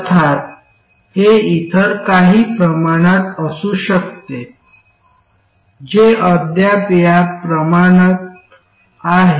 अर्थात हे इतर काही प्रमाणात असू शकते जे अद्याप या प्रमाणात आहे